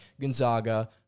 Gonzaga